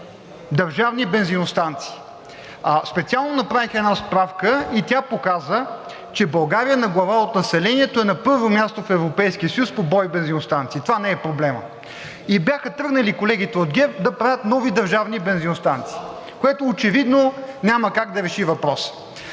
държавни бензиностанции. Специално направих една справка и тя показа, че България на глава от населението е на първо място в Европейския съюз по брой бензиностанции. Това не е проблемът. И бяха тръгнали колегите от ГЕРБ да правят нови държавни бензиностанции, което очевидно няма как да реши въпроса.